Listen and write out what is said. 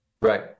Right